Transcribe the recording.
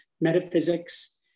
metaphysics